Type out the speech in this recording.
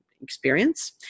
experience